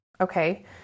okay